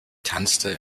tanzte